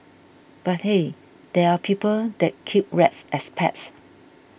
but hey there are people that keep rats as pets